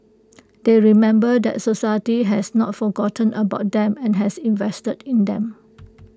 they remember that society has not forgotten about them and has invested in them